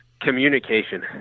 communication